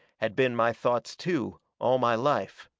had been my thoughts too, all my life.